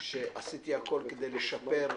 שעשיתי הכול כדי לשפר,